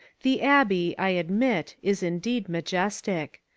the abbey, i admit, is indeed majestic.